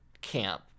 camp